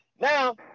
Now